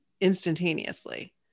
instantaneously